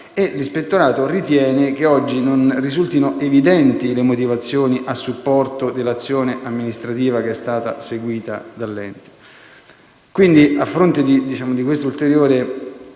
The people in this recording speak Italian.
interessata, ritenendo che oggi non risultino evidenti le motivazioni a supporto dell'azione amministrativa che è stata seguita dall'ente. Quindi, a fronte di questa ulteriore